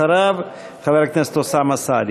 אחריו, חבר הכנסת אוסאמה סעדי.